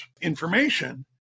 information